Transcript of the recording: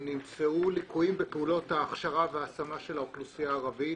נמצאו ליקויים בפעולות ההכשרה וההעצמה של האוכלוסייה הערבית,